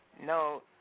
No